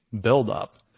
buildup